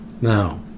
Now